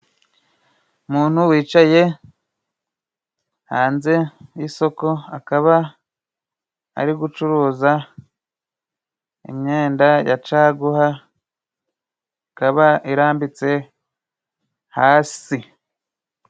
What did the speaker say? Muntu wicaye hanze y'isoko akaba ari gucuruza imyenda ya caguha, ikaba irambitse hasi.